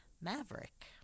Maverick